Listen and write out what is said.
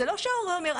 זה לא שההורה אומר,